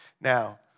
Now